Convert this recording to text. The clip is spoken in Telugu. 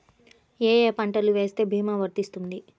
ఏ ఏ పంటలు వేస్తే భీమా వర్తిస్తుంది?